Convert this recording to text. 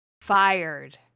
Fired